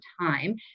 time